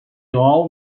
all